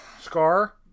Scar